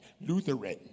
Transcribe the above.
Lutheran